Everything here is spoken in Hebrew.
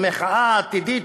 המחאה העתידית,